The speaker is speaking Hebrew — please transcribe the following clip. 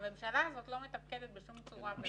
הממשלה הזאת לא מתפקדת בשום צורה ואופן.